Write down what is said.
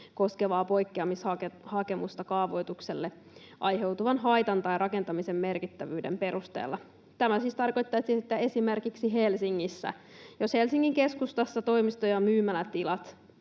koskevaa poikkeamishakemusta kaavoitukselle aiheutuvan haitan tai rakentamisen merkittävyyden perusteella. Tämä siis tarkoittaisi esimerkiksi Helsingissä sitä, että jos Helsingin keskustassa toimisto- ja myymälätilat